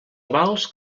avals